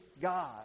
God